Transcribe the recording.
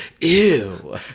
ew